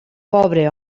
pobre